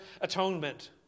atonement